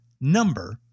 number